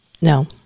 no